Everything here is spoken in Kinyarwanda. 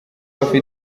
abafite